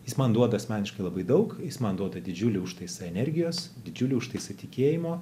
jis man duoda asmeniškai labai daug jis man duoda didžiulį užtaisą energijos didžiulį užtaisą tikėjimo